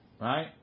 right